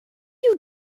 you